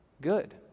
good